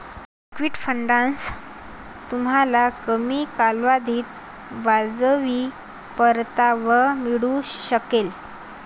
liquid फंडांसह, तुम्हाला कमी कालावधीत वाजवी परतावा मिळू शकेल